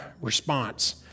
response